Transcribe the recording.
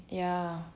ya